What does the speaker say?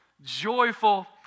joyful